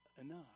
enough